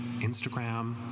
Instagram